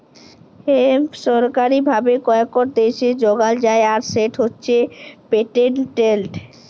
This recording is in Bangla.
হেম্প সরকারি ভাবে কয়েকট দ্যাশে যগাল যায় আর সেট হছে পেটেল্টেড